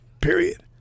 Period